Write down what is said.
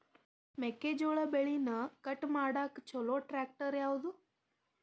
ಮೆಕ್ಕೆ ಜೋಳ ಬೆಳಿನ ಕಟ್ ಮಾಡಾಕ್ ಛಲೋ ಟ್ರ್ಯಾಕ್ಟರ್ ಯಾವ್ದು?